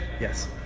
Yes